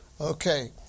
Okay